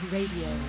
Radio